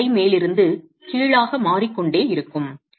சுய எடை மேலிருந்து கீழாக மாறிக்கொண்டே இருக்கும்